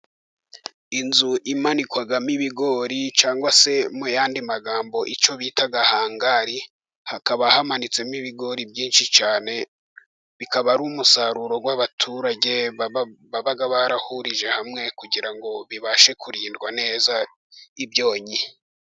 Inzu imanikwamo ibigori cyangwa se mu yandi magambo icyo bita hangari. Hakaba hamanitsemo ibigori byinshi cyane, bikaba ari umusaruro w'abaturage baba barahurije hamwe, kugira ngo bibashe kurindwa neza ibyonnyi.